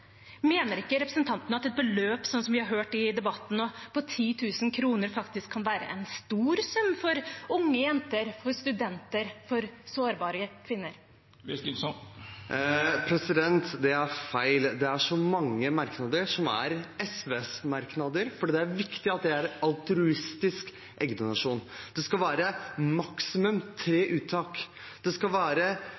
Mener ikke representanten at et beløp på 10 000 kr, som vi har hørt i debatten nå, faktisk kan være en stor sum for unge jenter, for studenter, for sårbare kvinner? Det er feil. Det er så mange merknader som er SVs merknader, for det er viktig at det er altruistisk eggdonasjon. Det skal være maksimum tre